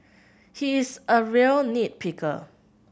he is a real nit picker